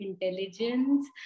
intelligence